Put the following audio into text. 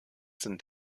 sind